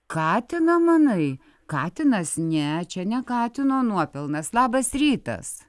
katiną manai katinas ne čia ne katino nuopelnas labas rytas